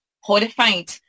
horrified